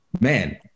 man